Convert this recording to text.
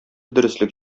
дөреслек